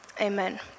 Amen